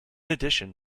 addition